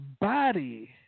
body